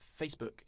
facebook